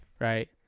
Right